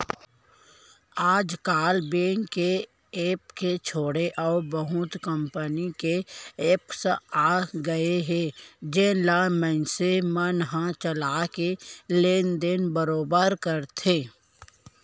आज काल बेंक के ऐप के छोड़े अउ बहुत कन कंपनी के एप्स आ गए हे जेन ल मनसे मन ह चला के लेन देन बरोबर करथे